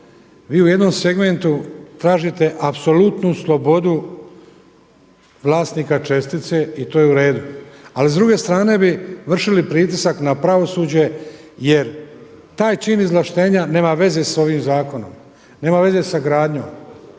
vi u jednom segmentu tražite apsolutnu slobodu vlasnika čestice i to je u redu. Ali s druge strane bi vršili pritisak na pravosuđe jer taj čin izvlaštenja nema veze sa ovim zakonom, nema veze sa gradnjom,